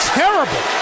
terrible